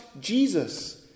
Jesus